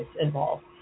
involved